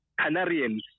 Canarians